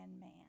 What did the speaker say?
man